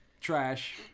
trash